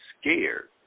scared